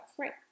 Right